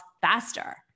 faster